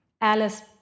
Alice